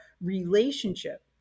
relationship